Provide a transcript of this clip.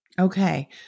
Okay